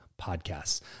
podcasts